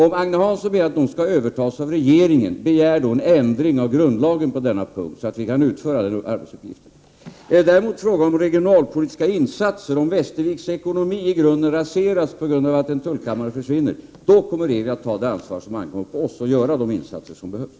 Om Agne Hansson menar att de skall övertas av regeringen, begär då en ändring av grundlagen på denna punkt, så att vi kan utföra den arbetsuppgiften. Är det däremot fråga om regionalpolitiska insatser — om Västerviks ekonomi i grunden raseras på grund av att en tullkammare försvinner — kommer regeringen att ta det ansvar som ankommer på den och göra de insatser som behövs.